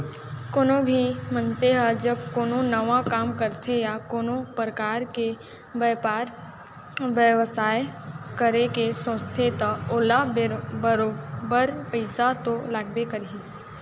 कोनो भी मनसे ह जब कोनो नवा काम करथे या कोनो परकार के बयपार बेवसाय करे के सोचथे त ओला बरोबर पइसा तो लागबे करही